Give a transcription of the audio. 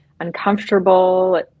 uncomfortable